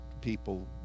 people